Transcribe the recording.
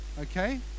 okay